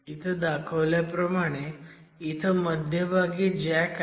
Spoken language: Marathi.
इथं दाखवल्याप्रमाणे इथं मध्यभागी जॅक आहे